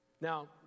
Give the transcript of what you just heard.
Now